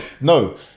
no